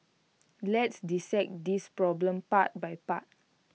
let's dissect this problem part by part